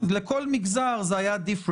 לכל מגזר זה היה שונה.